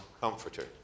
comforter